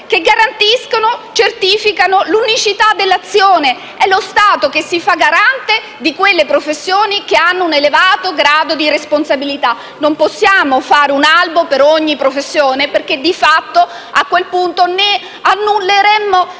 che garantiscono e certificano l'unicità dell'azione. È lo Stato che si fa garante di quelle professioni che hanno un elevato grado di responsabilità. Non possiamo fare un albo per ogni professione perché, di fatto, a quel punto ne annulleremmo